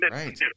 right